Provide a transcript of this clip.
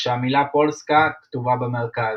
כשהמילה "POLSKA" כתובה במרכז.